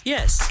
Yes